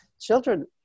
children